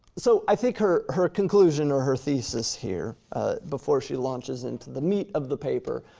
so i think her her conclusion or her thesis here before she launches into the meat of the paper,